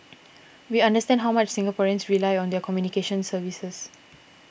we understand how much Singaporeans rely on their communications services